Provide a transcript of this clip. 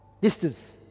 distance